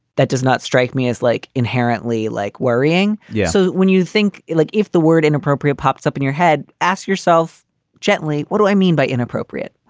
that does not strike me as like inherently like worrying. yeah. so when you think like if the word inappropriate pops up in your head, ask yourself gently, what do i mean by inappropriate?